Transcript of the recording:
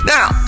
Now